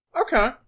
Okay